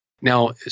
Now